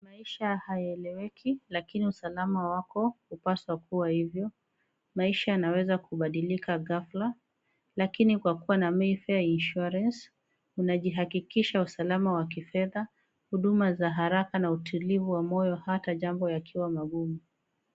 Maisha hayaeleweki lakini usalama wako hupaswa kua hivyo. Maisha yanaweza kubadilika ghafla, lakini kwa kua na MAYFAIR INSURANCE, unajihakikisha usalama wa kifedha, huduma wa haraka na utulivu wa moyo hata jambo yakiwa magumu.